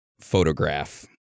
photograph